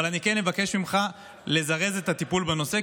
אבל אני כן אבקש ממך לזרז את הטיפול בנושא,